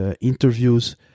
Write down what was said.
interviews